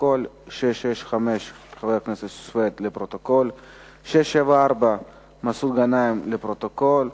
שאל את שר התחבורה והבטיחות בדרכים ביום ה'